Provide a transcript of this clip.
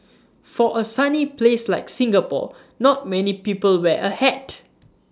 for A sunny place like Singapore not many people wear A hat